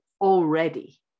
already